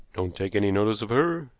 don't take any notice of her,